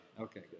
Okay